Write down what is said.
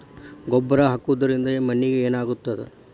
ಗೊಬ್ಬರ ಹಾಕುವುದರಿಂದ ಮಣ್ಣಿಗೆ ಏನಾಗ್ತದ?